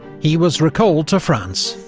he was recalled to france,